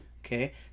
Okay